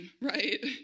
right